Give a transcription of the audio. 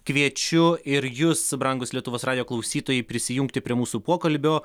kviečiu ir jus brangūs lietuvos radijo klausytojai prisijungti prie mūsų pokalbio